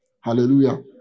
Hallelujah